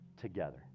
together